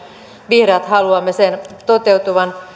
vihreät haluamme sen toteutuvan